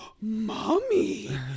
mommy